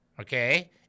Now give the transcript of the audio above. okay